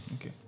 Okay